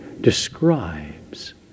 describes